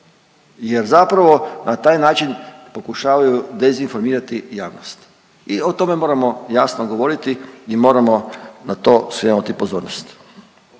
jer zapravo na taj način pokušavaju dezinformirati javnost i o tome moramo jasno govoriti i moramo na to skrenuti pozornost.